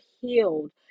healed